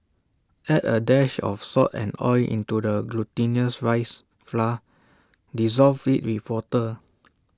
add A dash of salt and oil into the glutinous rice flour dissolve IT with water